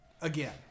Again